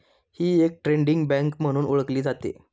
ही एक trading bank म्हणून ओळखली जाते